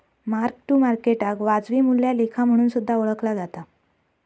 mark to मार्केटाक वाजवी मूल्या लेखा म्हणून सुद्धा ओळखला जाता